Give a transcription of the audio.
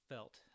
felt